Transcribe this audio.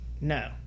No